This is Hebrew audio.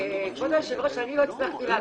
כבוד היושב-ראש לא הצלחתי להבין.